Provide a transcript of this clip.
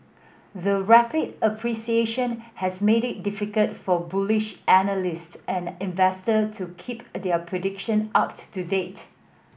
the rapid appreciation has made it difficult for bullish analyst and investor to keep their prediction up to date